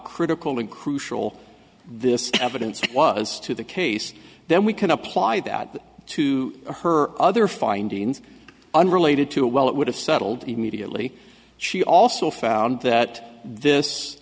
critical and crucial this evidence was to the case then we can apply that to her other findings unrelated to well it would have settled immediately she also found that